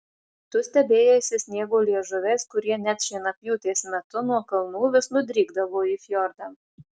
tu stebėjaisi sniego liežuviais kurie net šienapjūtės metu nuo kalnų vis nudrykdavo į fjordą